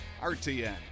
RTN